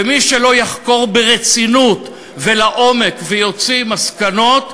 ומי שלא יחקור ברצינות ולעומק ויוציא מסקנות,